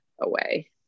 away